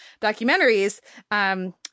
documentaries